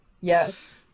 Yes